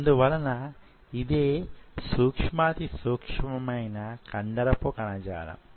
అందువలన ఇదే సూక్ష్మాతి సూక్ష్మమైన కండరపు కణజాలం